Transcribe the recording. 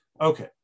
Okay